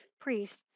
priests